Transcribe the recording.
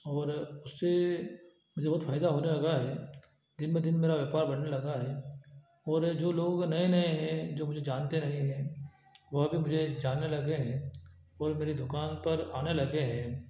और उससे मुझे बहुत फायदा होने लगा है दिन ब दिन मेरा व्यापार बढ़ने लगा है और जो लोग नए नए हैं जो मुझे जानते नहीं हैं वह भी मुझे जानने लगे हैं और मेरी दुकान पर आने लगे हैं